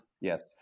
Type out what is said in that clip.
yes